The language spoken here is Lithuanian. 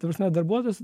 ta prasme darbuotojas